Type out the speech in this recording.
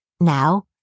Now